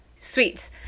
Sweet